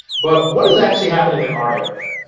but what is actually happening in our area,